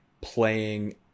playing